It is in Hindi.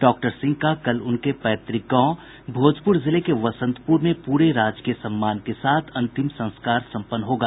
डॉक्टर सिंह का कल उनके पैतृक गांव भोजपुर जिले के वसंतपुर में पूरे राजकीय सम्मान के साथ अंतिम संस्कार सम्पन्न होगा